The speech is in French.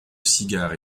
cigares